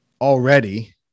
already